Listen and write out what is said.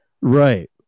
right